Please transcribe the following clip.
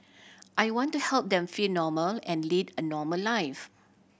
I want to help them feel normal and lead a normal life